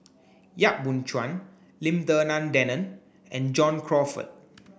Yap Boon Chuan Lim Denan Denon and John Crawfurd